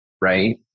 right